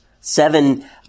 seven